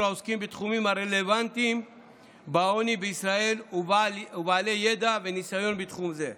העוסקים בתחומים הרלוונטיים לעוני בישראל ובעלי ידע וניסיון בתחום זה.